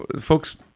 folks